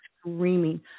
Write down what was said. screaming